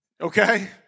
Okay